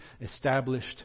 established